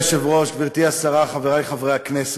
אדוני היושב-ראש, גברתי השרה, חברי חברי הכנסת,